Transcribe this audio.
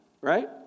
Right